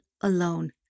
alone